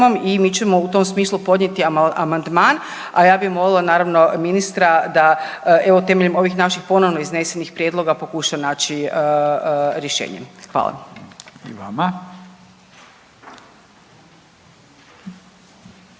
i mi ćemo u tom smislu podnijeti amandman, a ja bih molila, naravno, ministra, da evo, temeljem ovih naših ponovno iznesenih prijedloga pokuša naći rješenje. Hvala.